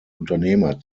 unternehmer